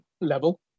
level